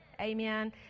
Amen